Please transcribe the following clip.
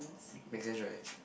make sense right